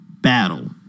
battle